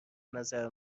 نظر